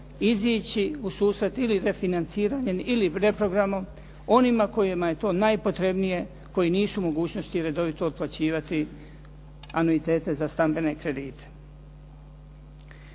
izići u susret ili definanciranjem ili reprogramom onima kojima je to najpotrebnije koji nisu u mogućnosti redovito otplaćivati anuitete za stambene kredite.